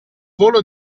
volo